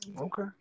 Okay